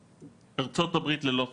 ארצות הברית, ללא ספק,